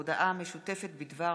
ההודעה המשותפת בדבר